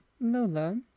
Lola